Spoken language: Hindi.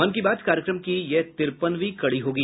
मन की बात कार्यक्रम की यह तिरपनवीं कड़ी होगी